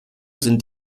sind